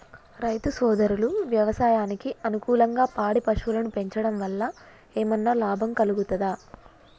రైతు సోదరులు వ్యవసాయానికి అనుకూలంగా పాడి పశువులను పెంచడం వల్ల ఏమన్నా లాభం కలుగుతదా?